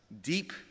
deep